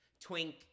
twink